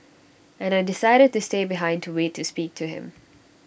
and I decided to stay behind to wait to speak to him